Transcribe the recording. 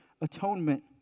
atonement